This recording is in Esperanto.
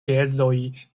geedzoj